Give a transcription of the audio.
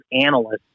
analysts